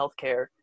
healthcare